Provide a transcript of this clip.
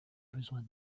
besoin